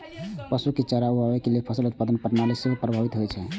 पशु के चारा उगाबै सं फसल उत्पादन प्रणाली सेहो प्रभावित होइ छै